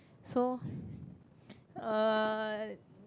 so uh